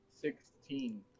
Sixteen